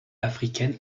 africaines